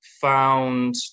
found